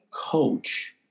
coach